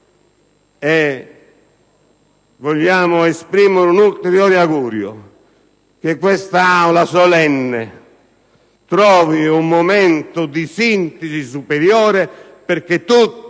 Vogliamo poi esprimere l'ulteriore augurio che quest'Aula solenne trovi un momento di sintesi superiore, perché tutti